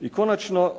I konačno